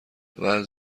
واز